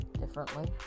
differently